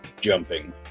jumping